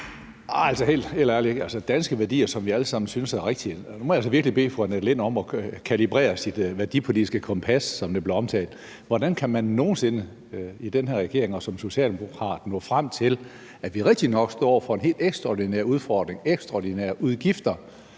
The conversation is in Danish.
helt ærligt – danske værdier, som vi alle sammen synes er rigtige. Nu må jeg altså virkelig bede fru Annette Lind om at kalibrere sit værdipolitiske kompas, som det blev omtalt. Hvordan kan man nogen sinde i den her regering og som socialdemokrat nå frem til at sige, at vi rigtignok står over for en helt ekstraordinær udfordring og ekstraordinære udgifter,